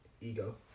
Ego